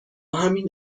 همین